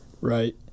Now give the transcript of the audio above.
Right